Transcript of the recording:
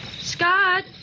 Scott